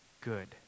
good